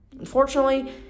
Unfortunately